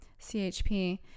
CHP